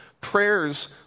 prayers